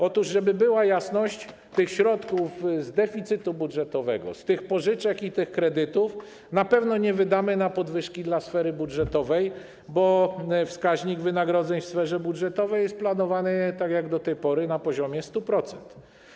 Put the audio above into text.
Otóż, żeby była jasność, tych środków z deficytu budżetowego, z tych pożyczek i tych kredytów na pewno nie wydamy na podwyżki dla sfery budżetowej, bo wskaźnik wynagrodzeń w sferze budżetowej jest planowany tak jak do tej pory na poziomie 100%.